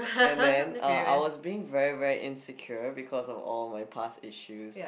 and then uh I was being very very insecure because of all my past issues